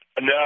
No